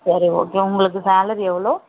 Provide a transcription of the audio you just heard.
சரி ஓகே உங்களுக்கு சேலரி எவ்வளோ